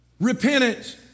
repentance